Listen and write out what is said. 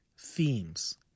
themes